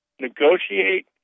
Negotiate